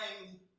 time